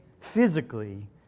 physically